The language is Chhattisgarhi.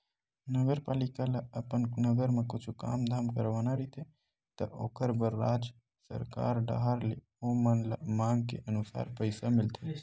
नगरपालिका ल अपन नगर म कुछु काम धाम करवाना रहिथे त ओखर बर राज सरकार डाहर ले ओमन ल मांग के अनुसार पइसा मिलथे